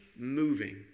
moving